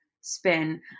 spin